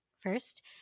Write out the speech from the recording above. First